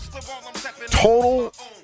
Total